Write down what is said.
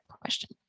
question